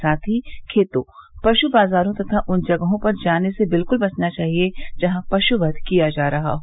साथ ही खेतों पश् बाजारों या उन जगहों पर जाने से बिलक्ल बचना चाहिए जहां पश् वध किया जा रहा हो